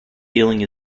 healing